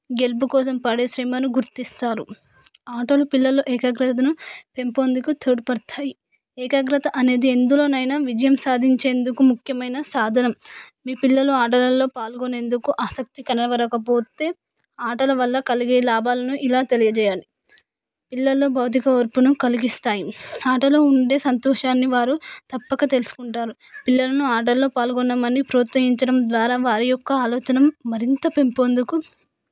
గెలుపు కోసం పడే శ్రమను గుర్తిస్తారు ఆటలు పిల్లల ఏకాగ్రతను పెంపొందుకు తోడ్పడతాయి ఏకాగ్రత అనేది ఎందులో అయినా విజయం సాధించేందుకు ముఖ్యమైన సాధనం మీ పిల్లలు ఆటలలో పాల్గొనేందుకు ఆసక్తి కనబరచకపోతే ఆటల వల్ల కలిగే లాభాలను ఇలా తెలియజేయాలి పిల్లల భౌతిక ఓర్పును కలిగిస్తాయి ఆటల్లో ఉండే సంతోషాన్ని వారు తప్పక తెలుసుకుంటారు పిల్లలను ఆటల్లో పాల్గొనమని ప్రోత్సహించడం ద్వారా వారి యొక్క ఆలోచన మరింత పెంపొందుకు